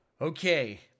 Okay